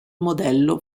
modello